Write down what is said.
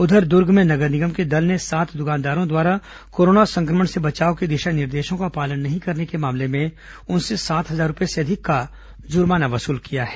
उधर दुर्ग में नगर निगम के दल ने सात दुकानदारों द्वारा कोरोना संक्रमण से बचाव के दिशा निर्देशों का पालन नहीं करने के मामले में उनसे सात हजार रूपये से अधिक का जुर्माना वसूल किया है